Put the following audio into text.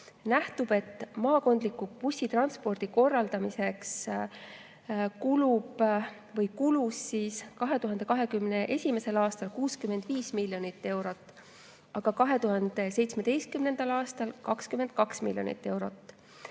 nähtub, et maakondliku bussitranspordi korraldamiseks kulus 2021. aastal 65 miljonit eurot, aga 2017. aastal 22 miljonit eurot.